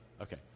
Okay